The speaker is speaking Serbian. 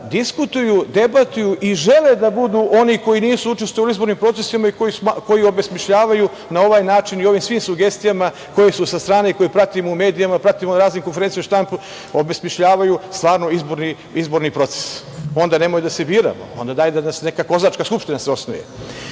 diskutuju, debatuju i žele da budu oni koji nisu učestvovali u izbornim procesima i koji obesmišljavaju na ovaj način i ovim svim sugestijama koji su sa strane i koje pratimo u medijima, pratimo na raznim konferencijama za štampu, obesmišljavaju stvarno izborni proces. Onda nemojte da se biramo. Onda dajte da se neka kozačka skupština osnuje. Na